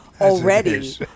already